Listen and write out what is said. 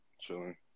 Chilling